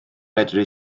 medru